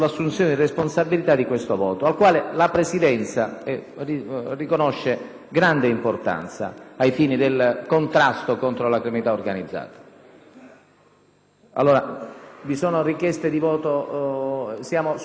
grande importanza ai fini del contrasto contro la criminalità organizzata.